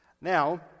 Now